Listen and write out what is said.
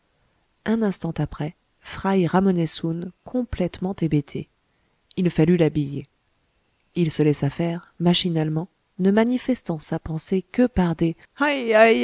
un instant après fry ramenait soun complètement hébété il fallut l'habiller il se laissa faire machinalement ne manifestant sa pensée que par des